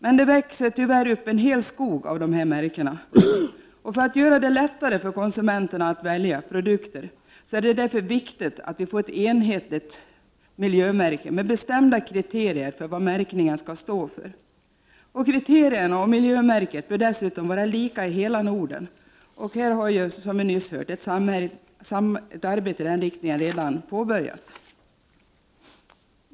Men det växer tyvärr upp en hel skog av dessa märken, och för att göra det lättare för konsumenterna att välja produkter, är det därför viktigt att vi får ett enhetligt miljömärke med bestämda kriterier för vad märkningen skall stå för. Kriterierna och miljömärket bör dessutom vara lika i hela Norden, och som vi nyss hörde har ett arbete i den riktningen redan påbörjats.